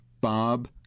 Bob